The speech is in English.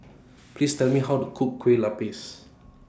Please Tell Me How to Cook Kue Lupis